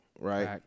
right